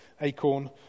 acorn